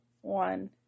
one